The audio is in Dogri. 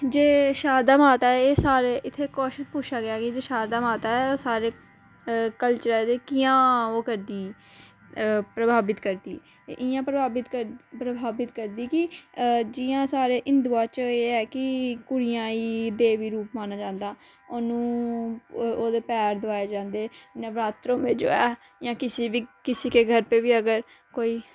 जे शारदा माता ऐ सारे इ'त्थें क्वेश्चन पुच्छा गेआ जे शारदा माता ऐ ते सारे कल्चर आ दे कि'यां ओह् करदी प्रभावित करदी इ'यां प्रभावित करदी की जि'यां सारे हिन्दुआ च एह् ऐ की कुड़ियां ई देवी रूप माना जंदा औनूं ओह्दे पैर धोआये जन्दे नवरात्रों में जो ऐ जां किसी किसी के घर पे बी अगर